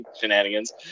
shenanigans